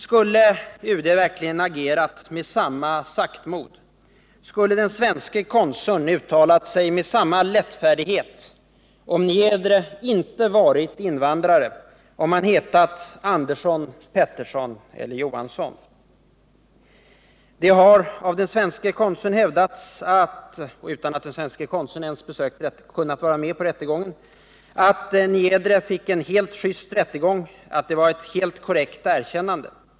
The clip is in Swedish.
Skulle UD verkligen ha agerat med samma saktmod, skulle den svenske konsuln ha uttalat sig med samma lättfärdighet, om Niedre inte hade varit invandrare, om han hetat Andersson eller Pettersson eller Johansson? Det har av den svenske konsuln hävdats — utan att den svenske konsuln ens försökt få vara med på rättegången — att Niedre fick en helt just rättegång och att det var ett helt korrekt erkännande.